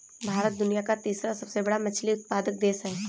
भारत दुनिया का तीसरा सबसे बड़ा मछली उत्पादक देश है